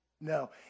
No